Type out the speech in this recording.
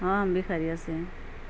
ہاں ہم بھی خیریت سے ہیں